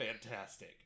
Fantastic